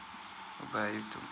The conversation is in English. bye bye